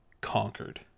conquered